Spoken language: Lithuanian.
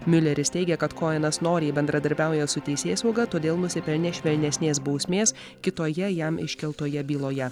miuleris teigia kad koenas noriai bendradarbiauja su teisėsauga todėl nusipelnė švelnesnės bausmės kitoje jam iškeltoje byloje